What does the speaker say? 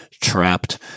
trapped